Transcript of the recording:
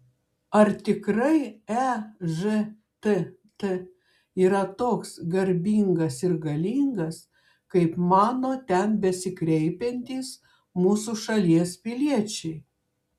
ar tikrai ežtt yra toks garbingas ir galingas kaip mano ten besikreipiantys mūsų šalies piliečiai